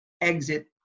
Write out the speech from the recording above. exit